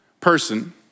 person